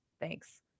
Thanks